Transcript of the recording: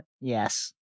Yes